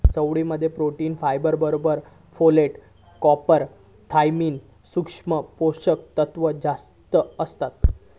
चवळी मध्ये protein, fibre बरोबर फोलेट, कॉपर, थायमिन, सुक्ष्म पोषक तत्त्व जास्तं असतत